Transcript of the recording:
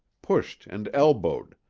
pushed and elbowed,